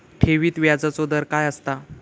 ठेवीत व्याजचो दर काय असता?